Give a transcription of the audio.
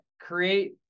create